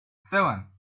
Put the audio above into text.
seven